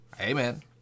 Amen